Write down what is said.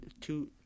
two